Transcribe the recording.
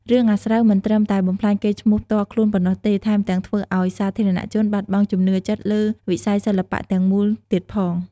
រឿងអាស្រូវមិនត្រឹមតែបំផ្លាញកេរ្តិ៍ឈ្មោះផ្ទាល់ខ្លួនប៉ុណ្ណោះទេ ថែមទាំងធ្វើឱ្យ សាធារណជនបាត់បង់ជំនឿចិត្តលើវិស័យសិល្បៈទាំងមូលទៀតផង។